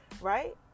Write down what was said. right